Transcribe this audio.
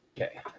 Okay